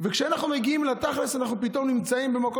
וכשאנחנו מגיעים לתכלס אנחנו פתאום נמצאים במקום,